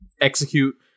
execute